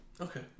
Okay